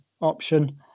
option